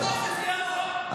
גב' אני מציע לך,